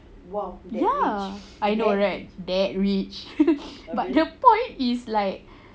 ya dead rich but the point is like